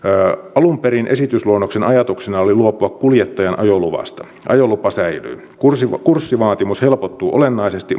alun perin esitysluonnoksen ajatuksena oli luopua kuljettajan ajoluvasta ajolupa säilyy kurssivaatimus helpottuu olennaisesti